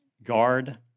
guard